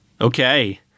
Okay